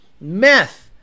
meth